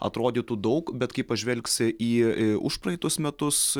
atrodytų daug bet kai pažvelgsi į užpraeitus metus